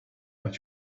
what